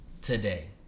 today